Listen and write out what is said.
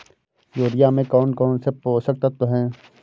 Urea में कौन कौन से पोषक तत्व है?